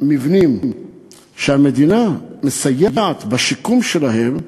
במבנים שהמדינה מסייעת בשיקום שלהם,